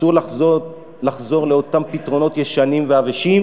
אסור לחזור לאותם פתרונות ישנים ועבשים